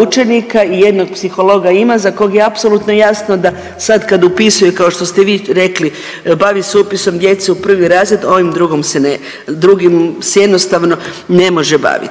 učenika i jednog psihologa ima za kog je apsolutno jasno da sad kad upisuje kao što ste vi rekli, bavi se upisom djece u prvi razred ovim drugom se, drugim se jednostavno ne može baviti.